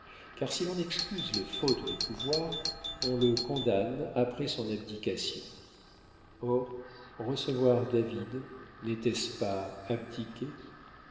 car si l'on excuse les fautes du pouvoir on le condamne après son abdication or recevoir david n'était-ce pas abdiquer